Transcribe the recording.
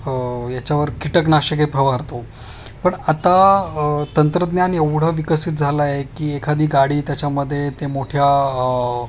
याच्यावर कीटकनाशके फवारतो पण आता तंत्रज्ञान एवढं विकसित झाला आहे की एखादी गाडी त्याच्यामध्ये ते मोठ्या